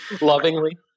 Lovingly